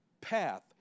path